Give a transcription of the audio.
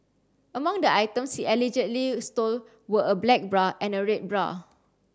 among the items he allegedly stole were a black bra and a red bra